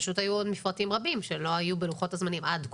פשוט היו עוד מפרטים רבים שלא היו בלוחות הזמנים עד כה.